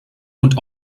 und